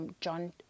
John